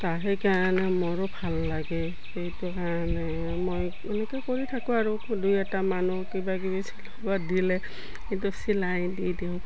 তা সেইকাৰণে মোৰো ভাল লাগে সেইটো কাৰণে মই এনেকৈ কৰি থাকোঁ আৰু স দুই এটা মানুহ কিবা কিবি চিলোৱা দিলে এইটো চিলাই দি দিওঁ